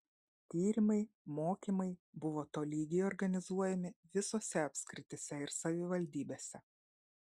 tyrimai mokymai buvo tolygiai organizuojami visose apskrityse ir savivaldybėse